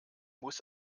muss